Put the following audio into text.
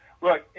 Look